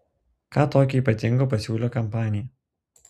ką tokio ypatingo pasiūlė kompanija